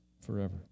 forever